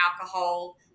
alcohol